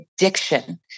addiction